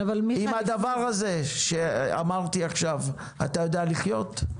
עם הדבר הזה שאמרתי עכשיו אתה יודע לחיות?